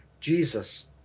Jesus